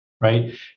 right